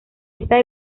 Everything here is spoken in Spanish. esta